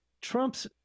Trump's